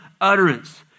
utterance